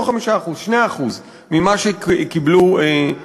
לא 5%, 2% ממה שקיבלו מפוני גוש-קטיף.